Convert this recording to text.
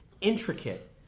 intricate